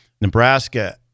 Nebraska